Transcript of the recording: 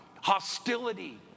hostility